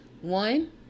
one